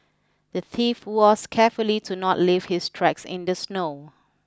the thief was careful to not leave his tracks in the snow